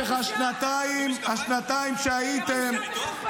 חברת הכנסת בן ארי, קריאה ראשונה.